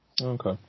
Okay